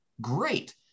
great